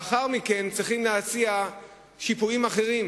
לאחר מכן צריכים להציע שיפורים אחרים.